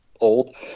old